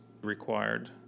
required